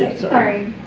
sorry.